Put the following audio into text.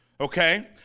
okay